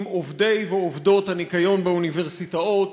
עם עובדי ועובדות הניקיון באוניברסיטאות,